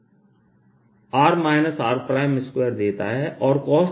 r r